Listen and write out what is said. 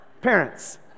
parents